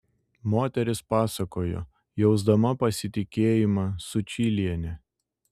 moteris pasakojo jausdama pasitikėjimą sučyliene